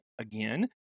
again